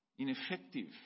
ineffective